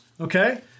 okay